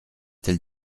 tel